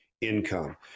income